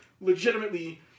Legitimately